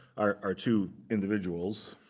are two individuals.